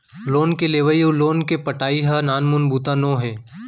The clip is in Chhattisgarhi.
लोन के लेवइ अउ लोन के पटाई ह नानमुन बात नोहे